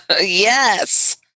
Yes